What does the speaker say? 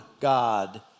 God